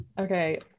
okay